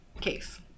case